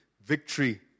victory